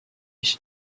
she